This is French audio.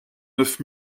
neuf